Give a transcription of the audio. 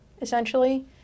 essentially